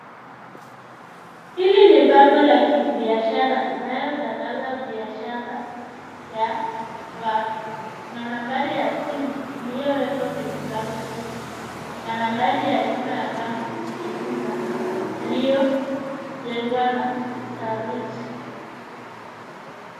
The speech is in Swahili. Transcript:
Hili ni bango la kibiashara inayotangaza biashara ya watu. Kuna nambari ya simu iliyowekwa kwenye bango hilo. Mandhari ya nyuma ya bango ni nyumba iliyojengwa na Saruji.